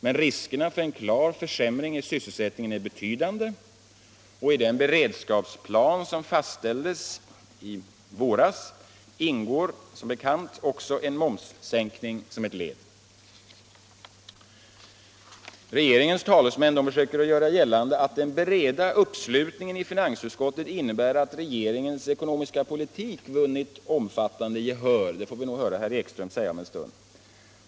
Men riskerna för en klar försämring i sysselsättningen är betydande, och i den beredskapsplan som fastställdes i våras ingår som bekant också en momssänkning som ett led. Regeringens talesmän försöker göra gällande att den breda uppslutningen i finansutskottet innebär att regeringens ekonomiska politik vunnit omfattande gehör — det får vi nog höra herr Ekström säga om en stund.